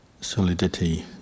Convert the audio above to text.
solidity